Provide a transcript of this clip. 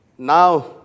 Now